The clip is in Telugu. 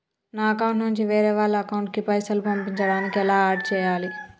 నా అకౌంట్ నుంచి వేరే వాళ్ల అకౌంట్ కి పైసలు పంపించడానికి ఎలా ఆడ్ చేయాలి?